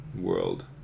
world